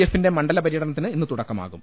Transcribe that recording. എഫി ന്റെ മണ്ഡലപര്യടനത്തിന് ഇന്ന് തുടക്കമാകും